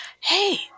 Hey